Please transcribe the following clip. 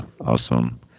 awesome